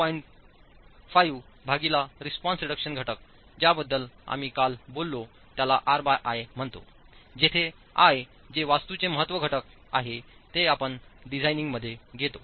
5 भागीला response reduction घटक ज्या बद्दल काल आम्ही बोललो त्याला RI म्हणतो जेथे I जे वास्तूचे महत्त्व घटक आहे ते आपण डिझायनिंग मध्ये घेतो